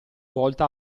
volta